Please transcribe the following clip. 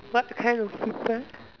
what kind of people